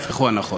ההפך הוא הנכון.